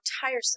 tiresome